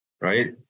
right